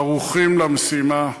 ערוכים למשימה,